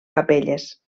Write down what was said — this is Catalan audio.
capelles